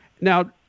Now